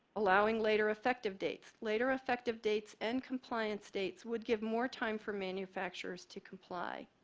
allowing later effective dates, later effective dates and compliance dates would give more time for manufacturers to comply.